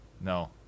no